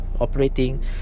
operating